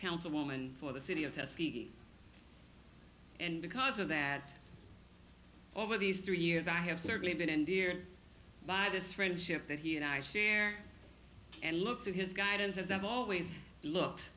councilwoman for the city of testy and because of that over these three years i have certainly been in dear by this friendship that he and i share and look to his guidance as i've always looked